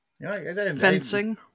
Fencing